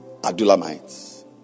Adulamites